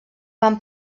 van